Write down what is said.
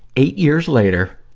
eight years later,